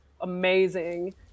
amazing